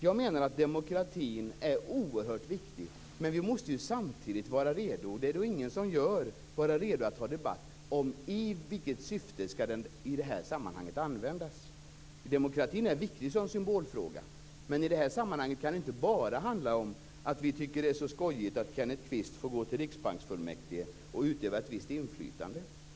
Jag menar att demokratin är oerhört viktig, men vi måste vara redo att föra en debatt om i vilket syfte den skall användas i det här sammanhanget. Demokratin är viktig som symbolfråga, men det kan i det här sammanhanget inte bara handla om att vi tycker att det är så skojigt att Kenneth Kvist skall få gå till Riksbanksfullmäktige och utöva ett visst inflytande.